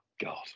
God